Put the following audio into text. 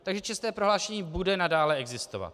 Takže čestné prohlášení bude nadále existovat.